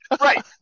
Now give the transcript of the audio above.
Right